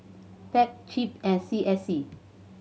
Pei Chip and C S C